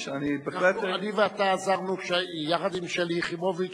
אני בהחלט, אני ואתה עזרנו יחד עם שלי יחימוביץ,